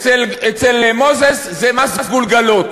אצל מוזס זה מס גולגולות.